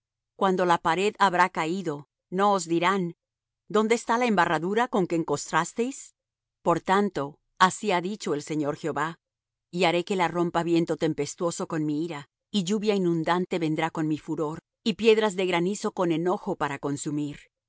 cuando la pared habrá caído no os dirán dónde está la embarradura con que encostrasteis por tanto así ha dicho el señor jehová y haré que la rompa viento tempestuoso con mi ira y lluvia inundante vendrá con mi furor y piedras de granizo con enojo para consumir